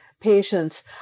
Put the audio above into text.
patients